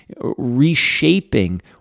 reshaping